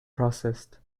processed